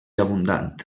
abundant